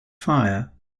fire